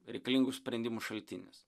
reikalingų sprendimų šaltinis